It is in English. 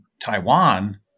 Taiwan